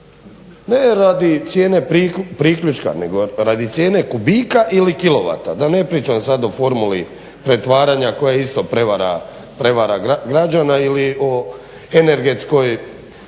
Ne radi cijene priključka, nego radi cijene kubika ili kilovata, da ne pričam sad o formuli pretvaranja koja je isto prevara građana, ili o energetskoj,